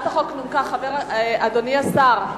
אדוני השר,